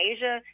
Asia